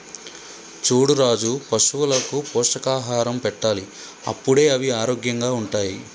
చూడు రాజు పశువులకు పోషకాహారం పెట్టాలి అప్పుడే అవి ఆరోగ్యంగా ఉంటాయి